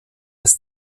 des